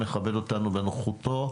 מכבד אותנו בנוכחותו,